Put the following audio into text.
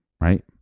right